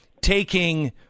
taking